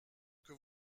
que